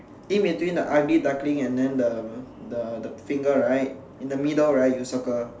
in between the ugly duckling and the the the finger right in the middle right you circle